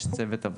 יש צוות עבודה.